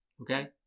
Okay